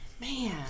Man